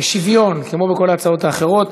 בשוויון כמו בכל ההצעות האחרות.